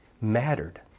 mattered